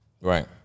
Right